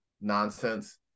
nonsense